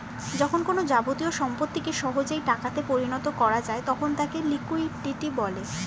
যখন কোনো যাবতীয় সম্পত্তিকে সহজেই টাকা তে পরিণত করা যায় তখন তাকে লিকুইডিটি বলে